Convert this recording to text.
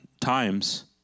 times